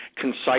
concise